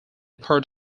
part